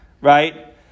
right